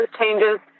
changes